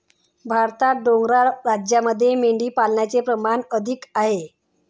भारतात डोंगराळ राज्यांमध्ये मेंढीपालनाचे प्रमाण अधिक आहे